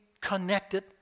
connected